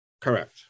Correct